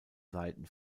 seiten